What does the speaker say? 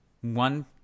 one